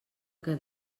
que